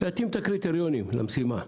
להתאים את הקריטריונים למשימה.